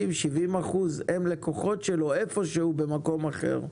60% או 70% מהתושבים הם לקוחות שלו במקום אחר,